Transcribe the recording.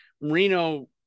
Marino